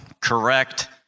correct